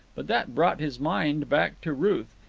but that brought his mind back to ruth,